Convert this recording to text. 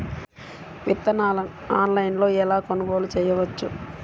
విత్తనాలను ఆన్లైనులో ఎలా కొనుగోలు చేయవచ్చు?